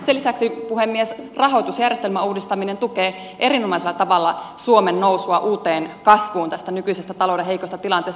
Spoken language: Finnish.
sen lisäksi puhemies rahoitusjärjestelmän uudistaminen tukee erinomaisella tavalla suomen nousua uuteen kasvuun tästä nykyisestä talouden heikosta tilanteesta